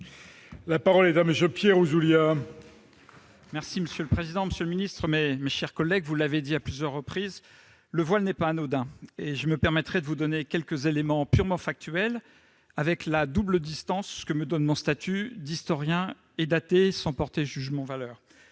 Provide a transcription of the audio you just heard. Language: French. La parole est à M. Pierre Ouzoulias, sur l'article. Monsieur le ministre, mes chers collègues, vous l'avez dit à plusieurs reprises : le voile n'est pas anodin. Sur ce sujet, je me permettrai de vous donner quelques éléments purement factuels, avec la double distance que me donnent mon statut d'historien et ma qualité d'athée- sans porter de jugement de valeur.